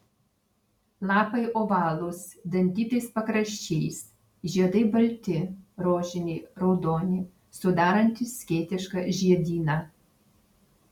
lapai ovalūs dantytais pakraščiais žiedai balti rožiniai raudoni sudarantys skėtišką žiedyną